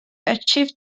achieved